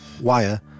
Wire